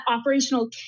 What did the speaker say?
operational